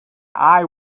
eye